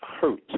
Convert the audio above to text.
hurt